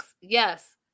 yes